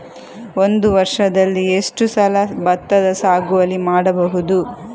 ಒಂದು ವರ್ಷದಲ್ಲಿ ಎಷ್ಟು ಸಲ ಭತ್ತದ ಸಾಗುವಳಿ ಮಾಡಬಹುದು?